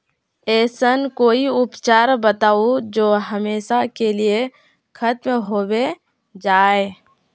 ऐसन कोई उपचार बताऊं जो हमेशा के लिए खत्म होबे जाए?